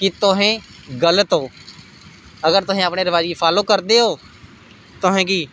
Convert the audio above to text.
कि तुसें गी गलत हो अगर तुस अपने रिवाज गी फॉलो करदे ओ तुसें गी